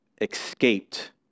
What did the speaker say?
escaped